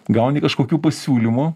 gauni kažkokių pasiūlymų